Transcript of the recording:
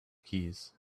keys